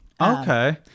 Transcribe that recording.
Okay